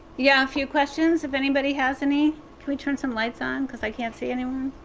yeah few questions? if anybody has any. could we turn some lights on because i can't see anyone?